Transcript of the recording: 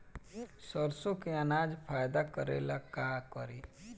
सरसो के अनाज फायदा करेला का करी?